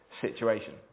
situation